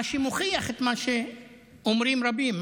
מה שמוכיח את מה שאומרים רבים,